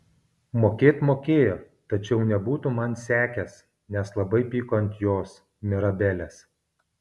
mokėt mokėjo tačiau nebūtų man sekęs nes labai pyko ant jos mirabelės